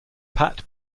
pat